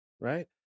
right